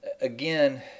again